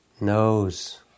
knows